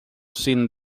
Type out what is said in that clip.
sin